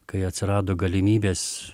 kai atsirado galimybės